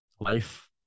life